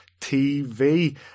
TV